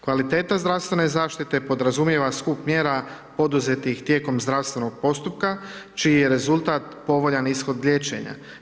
Kvaliteta zdravstvene zaštite podrazumijeva skup mjera poduzetnih tijekom zdravstvenog postupka čiji je rezultat povoljan ishod liječenja.